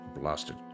Blasted